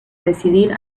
decidir